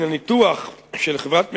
מהניתוח של חברת "מקינזי"